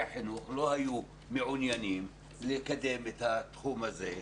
החינוך לא מעוניינים לקדם את התחום הזה.